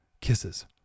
kisses